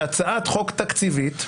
שהצעת חוק תקציבית,